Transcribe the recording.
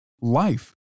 life